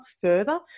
further